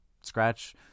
scratch